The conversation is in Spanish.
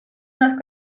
unas